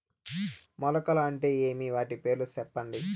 మొలకలు అంటే ఏమి? వాటి పేర్లు సెప్పండి?